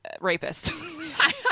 rapists